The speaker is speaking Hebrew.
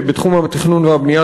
בתחום התכנון והבנייה,